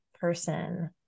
person